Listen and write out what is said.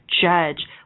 judge